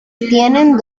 tienen